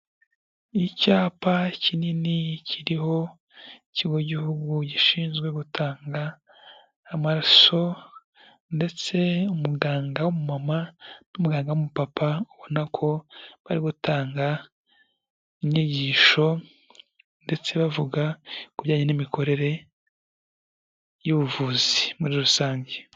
Icyapa kinini kiriho ikigo cy'igihugu gishinzwe gutanga amaraso, ndetse umuganga wum' umama n'umuganga wum'umupapa ubona ko bari gutanga inyigisho, ndetse bavuga kubijyanye n'imikorere y'ubuvuzi muri rusange.